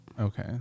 Okay